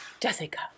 Jessica